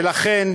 ולכן